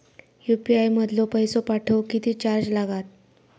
UPI मधलो पैसो पाठवुक किती चार्ज लागात?